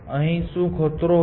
અહીં શું ખતરો છે